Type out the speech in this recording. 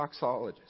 toxologist